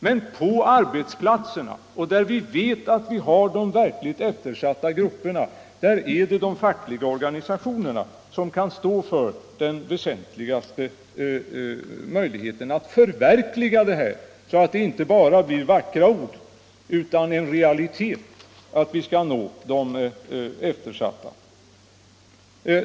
Men på arbetsplatserna, där vi vet att de verkligt eftersatta grupperna finns, är det de fackliga organisationerna som kan stå för den väsentligaste möjligheten att förverkliga syftet med reformverksamheten, så att det inte bara blir vackra ord utan en realitet att vi skall nå de eftersatta.